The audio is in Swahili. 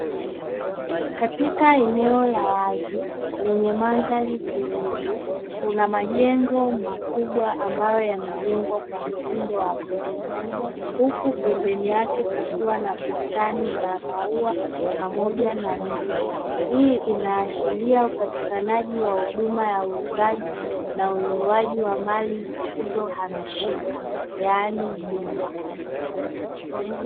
Katika eneo la wazi lenye manzali tulivu, kuna majengo makubwa ambayo yamejengwa kwa mtindo wa dhurufti. Huku pembeni yake kukiwa na bustani za maua pamoja na miti. Hii inaashiria upatikanaji wa huduma ya uuzaji na ununuaji wa mali zisizohamishika, yaani nyumba.